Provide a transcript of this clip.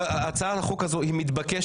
הצעת החוק הזאת היא מתבקשת,